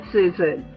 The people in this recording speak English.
Susan